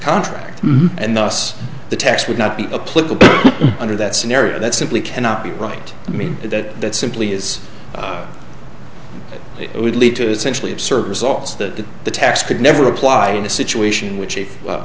contract and thus the tax would not be a political under that scenario that simply cannot be right i mean that simply is that it would lead to essentially absurd results that the tax could never apply in a situation which